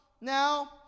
now